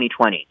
2020